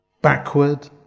backward